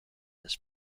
this